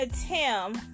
Tim